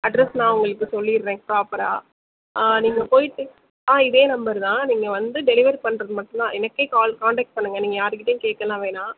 address நான் உங்களுக்கு சொல்லிடுறேன் பிராப்பரா ஆ நீங்கள் போய்ட்டு ஆ இதே நம்பர் தான் நீங்கள் வந்து டெலிவெரி பண்ணுறது மட்டும்தான் எனக்கே கால் காண்டக்ட் பண்ணுங்கள் நீங்கள் யாருகிட்டேயும் கேட்கலாம் வேணாம்